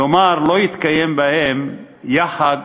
כלומר לא יתקיים בהם "יחד